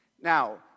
Now